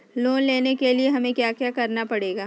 Loan लेने के लिए हमें क्या क्या करना पड़ेगा?